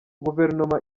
guverinoma